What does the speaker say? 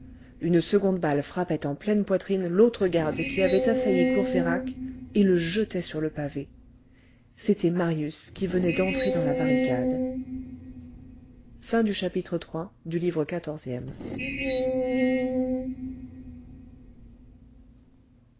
une seconde balle frappait en pleine poitrine l'autre garde qui avait assailli courfeyrac et le jetait sur le pavé c'était marius qui venait d'entrer dans la barricade chapitre